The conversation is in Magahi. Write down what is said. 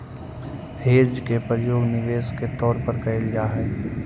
हेज के प्रयोग निवेश के तौर पर कैल जा हई